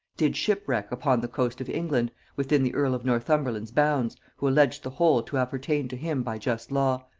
did shipwrack upon the coast of england, within the earl of northumberland's bounds, who alleged the whole to appertain to him by just law,